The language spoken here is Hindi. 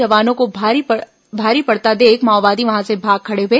जवानों को भारी पड़ता देख माओवादी वहां से भाग खड़े हुए